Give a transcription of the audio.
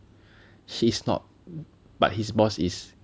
he's not but his boss is